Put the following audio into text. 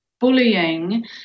bullying